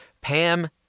Pam